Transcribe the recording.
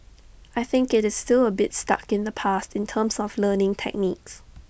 I think IT is still A bit stuck in the past in terms of learning techniques